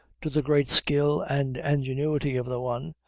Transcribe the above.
to the great skill and ingenuity of the one,